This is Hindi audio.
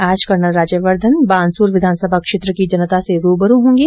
आज कर्नल राज्यवर्धन बानसूर विधानसभा क्षेत्र की जनता से रूबरू होंगे